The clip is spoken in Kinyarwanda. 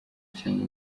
cyanga